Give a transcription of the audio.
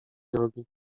drogi